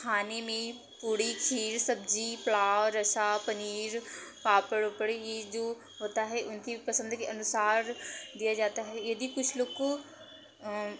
खाने में पूड़ी खीर सब्जी पुलाव रसा पनीर पापड़ वापड़ यह जो होता है उनकी पसंद के अनुसार दिया जाता है यदि कुछ लोग को